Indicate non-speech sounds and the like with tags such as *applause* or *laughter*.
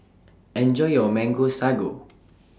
*noise* Enjoy your Mango Sago *noise*